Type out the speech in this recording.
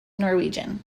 norwegian